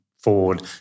forward